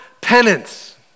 penance